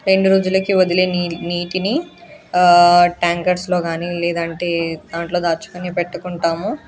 రెండు రోజులకి వదిలే నీ నీటిని ట్యాంకర్స్లో కాని లేదు అంటే దానిలో దాచుకొని పెట్టుకుంటాము